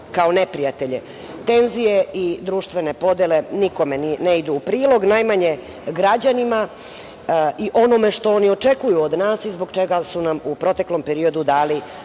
kao neprijatelje. Tenzije i društvene podele nikome ne idu u prilog, najmanje građanima i onom što oni očekuju od nas i zbog čega su nam u proteklom periodu dali